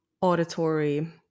auditory